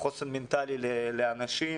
חוסן בריאותי זה גם חוסן מנטלי לציבור רחב,